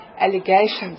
allegations